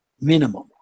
minimum